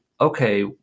okay